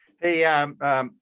Hey